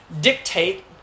dictate